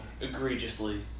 Egregiously